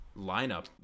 lineup